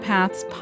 Paths